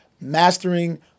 Mastering